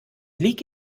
lieg